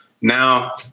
now